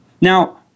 Now